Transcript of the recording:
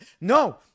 No